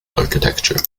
architecture